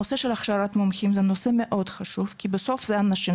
נושא של הכשרת מומחים זה נושא מאוד חשוב כי בסוף זה האנשים,